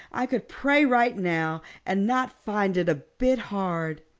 i could pray right now and not find it a bit hard.